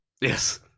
Yes